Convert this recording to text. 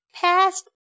Past